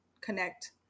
connect